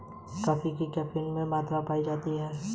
coffee में caffeine की मात्रा पाई जाती है